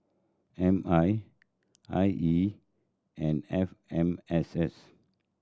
M I I E and F M S S